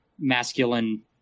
masculine